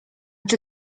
czy